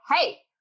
hey